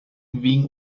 kvin